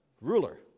ruler